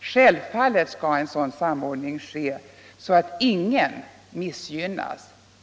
Självfallet skall en sådan samordning ske så att inga missgynnas.